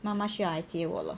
妈妈需要来接我 lor